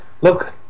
Look